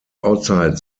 outside